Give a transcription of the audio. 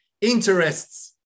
interests